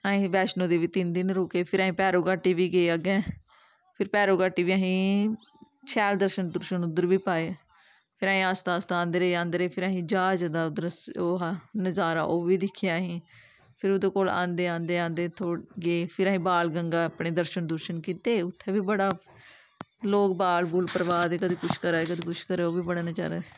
असीं बैष्णो देवी तिन दिन रुके फिर असीं भैरो घाटी बी गे अग्गें फिर भैरो घाटी बी असीं शैल दर्शन दुर्शन उद्धर बी पाए फिर असें आस्ता आस्ता आंदे रेह् फिर असें ज्हाज दा उद्धर ओह् हा नजारा ओह् बी दिक्खेआ असें फिर ओह्दे कोला आंदे आंदे आंदे थो गे फिर असीं बाण गंगा अपने दर्शन दूर्शन कीते उत्थें बी बड़ा लोग बाल बूल परवाह् दे हे कदें कुछ करा दे हे कदें कुछ करा दे हे ओह् बी बड़ा नजारा ऐ